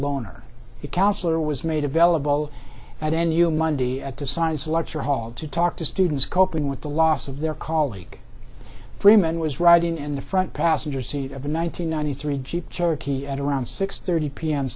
loner counsellor was made available at n u i monday at the science lecture hall to talk to students coping with the loss of their colleague freeman was riding in the front passenger seat of a nine hundred ninety three jeep cherokee at around six thirty p